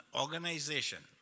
organization